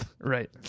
Right